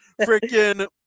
Freaking